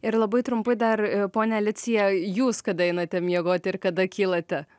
ir labai trumpai dar ponia alicija jūs kada einate miegoti ir kada kylate